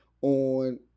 on